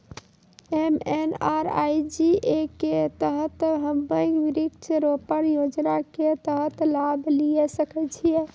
MNREGA के तहत हम्मय वृक्ष रोपण योजना के तहत लाभ लिये सकय छियै?